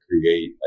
create